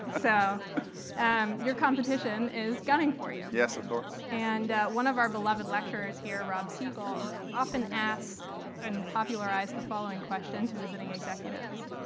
so um your competition is gunning for you. yes, or course. and one of our beloved lecturers here, rob seigal, often asks and popularized the following question to visiting executives.